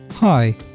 Hi